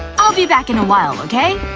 i'll be back in a while, okay?